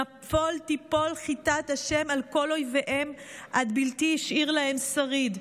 נפול תיפול חתת ה' על כל אויביהם עד בלתי השאיר להם שריד.